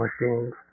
machines